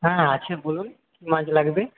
হ্যাঁ আছে বলুন কী মাছ লাগবে